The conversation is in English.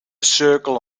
circle